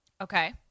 okay